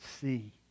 see